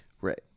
right